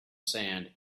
sand